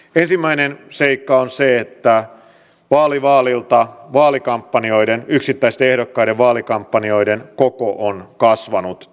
ensimmäinen seikka on se että vaali vaalilta yksittäisten ehdokkaiden vaalikampanjoiden koko on kasvanut taloudellisesti